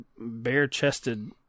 bare-chested